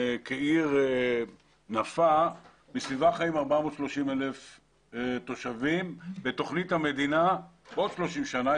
היא עיר נפה מסביבה חיים 430,000 תושבים ובתוכנית המדינה בעוד 30 שנים,